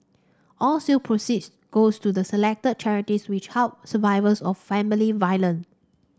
all sale proceeds go to selected charities which help survivors of family violent